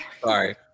sorry